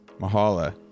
Mahala